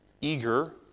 eager